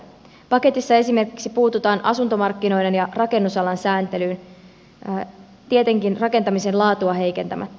paketissa esimerkiksi puututaan asuntomarkkinoiden ja rakennusalan sääntelyyn tietenkin rakentamisen laatua heikentämättä